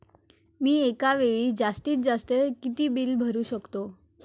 मी एका वेळेस जास्तीत जास्त किती बिल भरू शकतो?